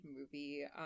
movie